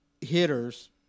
hitters